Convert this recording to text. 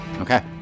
Okay